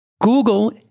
Google